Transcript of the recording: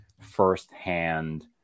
firsthand